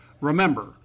Remember